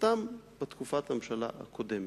נחתם בתקופת הממשלה הקודמת.